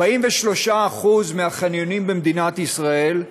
43% מהחניונים במדינת ישראל,